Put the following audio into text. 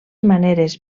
maneres